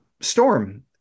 Storm